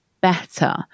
better